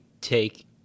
take